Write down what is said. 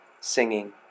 singing